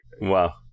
Wow